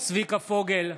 צביקה פוגל,